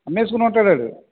అమ్మేసుకునే ఉంటాడు వాడు